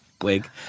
wig